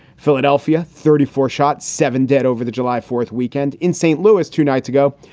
philadelphia, thirty four shot, seven dead over the july fourth weekend in st. louis two nights ago.